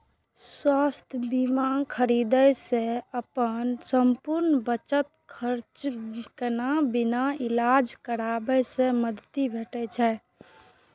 स्वास्थ्य बीमा खरीदै सं अपन संपूर्ण बचत खर्च केने बिना इलाज कराबै मे मदति भेटै छै